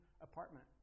apartment